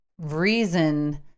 reason